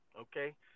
Okay